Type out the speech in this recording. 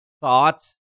thought